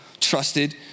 trusted